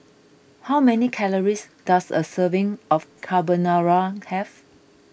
how many calories does a serving of Carbonara have